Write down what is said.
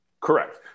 correct